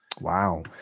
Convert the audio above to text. Wow